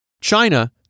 China